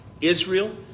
Israel